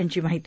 यांची माहिती